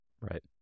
Right